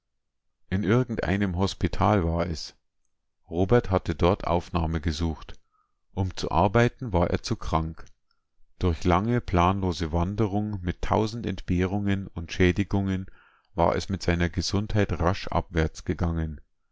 in irgendeinem hospital war es robert hatte dort aufnahme gesucht um zu arbeiten war er zu krank durch lange planlose wanderung mit tausend entbehrungen und schädigungen war es mit seiner gesundheit rasch abwärts gegangen